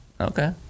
Okay